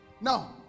Now